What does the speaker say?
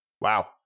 wow